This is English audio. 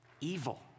evil